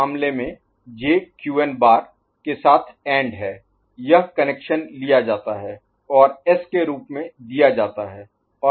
तो एक मामले में J Qn बार Qn' के साथ एंड है यह कनेक्शन लिया जाता है और S के रूप में दीया जाता है